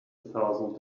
thousand